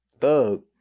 Thug